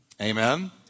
Amen